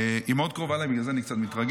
היא מאוד קרובה אליי, בגלל זה אני קצת מתרגש.